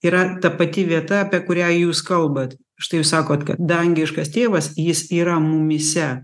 yra ta pati vieta apie kurią jūs kalbat štai jūs sakot kad dangiškas tėvas jis yra mumyse